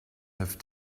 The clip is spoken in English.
have